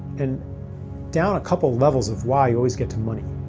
and down a couple levels of why, you always get to money.